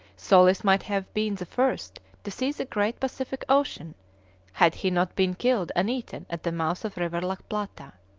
solis might have been the first to see the great pacific ocean had he not been killed and eaten at the mouth of the river la plata.